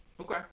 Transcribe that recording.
Okay